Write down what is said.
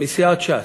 מסיעת ש"ס: